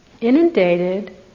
inundated